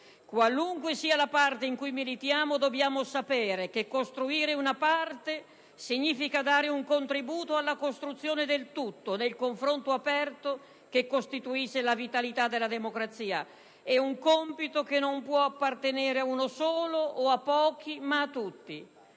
Qualunque sia la parte in cui militiamo, dobbiamo sapere che costruire una parte significa dare un contributo alla costruzione del tutto, nel confronto aperto che costituisce la vitalità della democrazia. È un compito che non può appartenere ad uno solo o a pochi, ma a tutti.